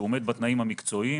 שהוא עומד בתנאים המקצועיים.